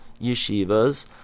yeshivas